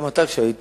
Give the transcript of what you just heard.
גם אתה כשהיית,